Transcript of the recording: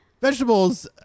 Vegetables